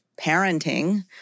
parenting